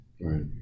Right